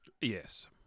Yes